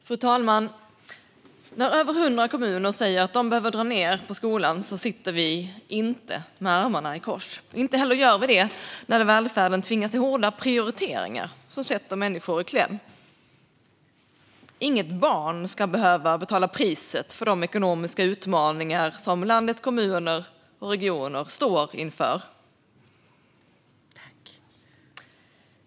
Fru talman! När över hundra kommuner säger att de behöver dra ned på skolan sitter vi inte med armarna i kors. Vi gör det inte heller när välfärden tvingas till hårda prioriteringar som sätter människor i kläm. Inget barn ska behöva betala priset för de ekonomiska utmaningar som landets kommuner och regioner står inför.